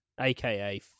aka